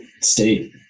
state